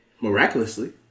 miraculously